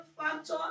factor